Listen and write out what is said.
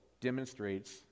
demonstrates